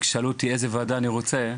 וכששאלו אותי איזו ועדה אני רוצה,